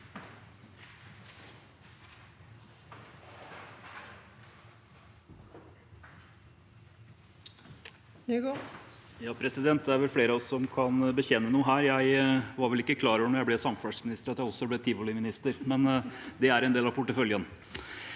Det er flere av oss som kan bekjenne noe her. Jeg var vel ikke klar over da jeg ble samferdselsminister, at jeg også ble tivoliminister, men det er en del av porteføljen.